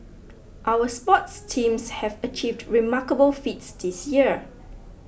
our sports teams have achieved remarkable feats this year